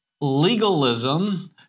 legalism—